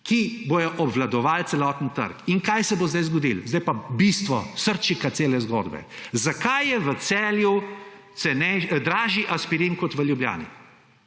ki bodo obvladovali celoten trg. In kaj se bo zdaj zgodilo? Zdaj pa bistvo, srčika cele zgodbe. Zakaj je v Celju aspirin dražji kot v Ljubljani?